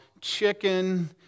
chicken